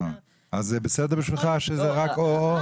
מבחינתך זה בסדר שזה רק או-או?